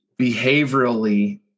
behaviorally